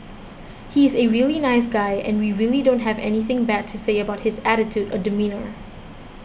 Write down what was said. he is a really nice guy and we really don't have anything bad to say about his attitude or demeanour